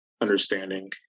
understanding